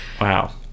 Wow